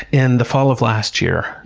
in the fall of last year,